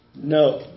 No